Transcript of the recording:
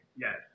Yes